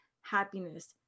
happiness